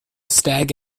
stag